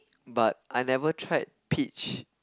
but I never tried peach